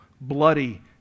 bloody